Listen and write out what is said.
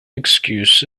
excuse